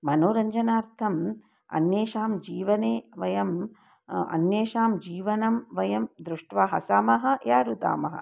मनोरञ्जनार्थम् अन्येषां जीवने वयम् अन्येषां जीवनं वयं दृष्ट्वा हसामः या रुदामः